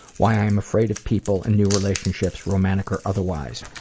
why i am afraid of people and new relationships, romantic or otherwise.